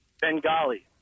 Bengali